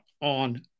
on